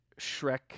Shrek